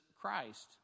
Christ